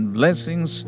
blessings